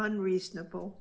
unreasonable